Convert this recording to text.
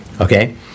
Okay